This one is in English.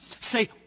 say